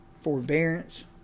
forbearance